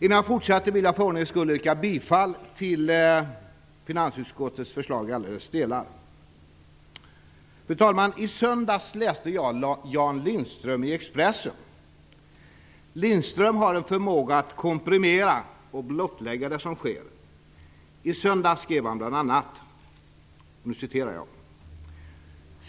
Innan jag fortsätter vill jag för ordningens skull yrka bifall till finansutskottets hemställan i alla dess delar. Fru talman! I söndags läste jag Jan Lindströms krönika i Expressen. Lindström har en förmåga att komprimera och blottlägga det som sker. I söndags skrev han bl.a.: